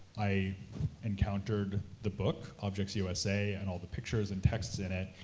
i encountered the book, objects usa, and all the pictures and texts in it,